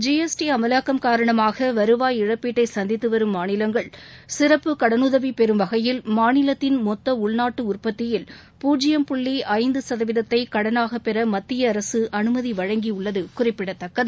G S T அமலாக்கம் காரணமாக வருவாய் இழப்பீட்டை சந்தித்து வரும் மாநிலங்கள் சிறப்பு கடனுதவி பெறும் வகையில் மாநிலத்தின் மொத்த உள்நாட்டு உற்பத்தியில் பூஜ்ஜியம் புள்ளி ஐந்து சதவீதத்தை கடனாக பெற மத்திய அரசு அனுமதி வழங்கி உள்ளது குறிப்பிடத்தக்கது